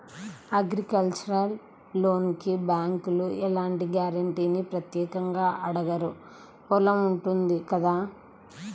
agricultural లోనుకి బ్యేంకులు ఎలాంటి గ్యారంటీనీ ప్రత్యేకంగా అడగరు పొలం ఉంటుంది కదా